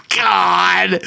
god